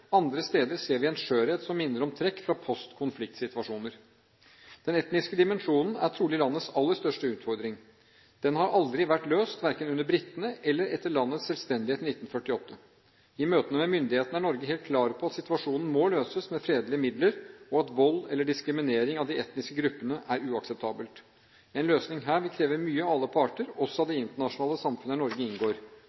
andre steder ser vi en skjørhet som minner om trekk fra post-konflikt-situasjoner. Den etniske dimensjonen er trolig landets aller største utfordring. Den har aldri vært løst, verken under britene eller etter landets selvstendighet i 1948. I møtene med myndighetene er Norge helt klar på at situasjonen må løses med fredelige midler, og at vold eller diskriminering av de etniske gruppene er uakseptabelt. En løsning her vil kreve mye av alle parter, også